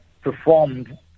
performed